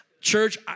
Church